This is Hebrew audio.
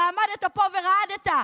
הרי עמדת פה ורעדת,